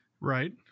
Right